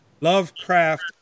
Lovecraft